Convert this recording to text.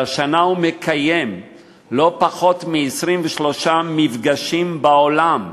שהשנה הוא מקיים לא פחות מ-23 מפגשים בעולם,